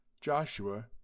Joshua